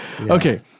Okay